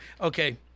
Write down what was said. Okay